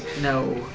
No